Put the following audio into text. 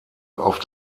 auf